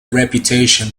reputation